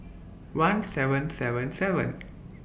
one seven seven seven